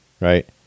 right